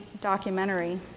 documentary